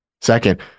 Second